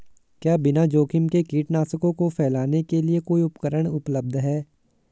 क्या बिना जोखिम के कीटनाशकों को फैलाने के लिए कोई उपकरण उपलब्ध है?